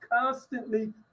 constantly